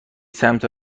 سمت